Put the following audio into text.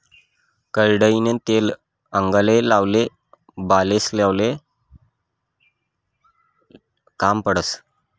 करडईनं तेल आंगले लावाले, बालेस्ले लावाले काम पडस